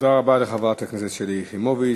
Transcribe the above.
תודה רבה לחברת הכנסת שלי יחימוביץ.